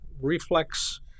reflex